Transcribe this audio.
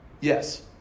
Yes